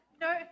no